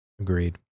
Agreed